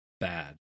bad